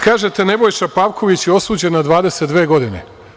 kažete, Nebojša Pavković je osuđen na 22 godine.